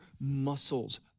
muscles